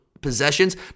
possessions